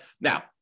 Now